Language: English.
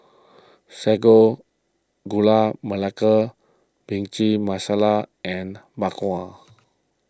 Sago Gula Melaka Bhindi Masala and Bak Kwa